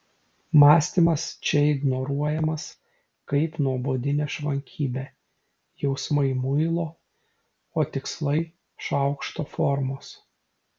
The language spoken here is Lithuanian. mąstymas čia ignoruojamas kaip nuobodi nešvankybė jausmai muilo o tikslai šaukšto formos